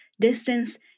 distance